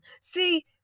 See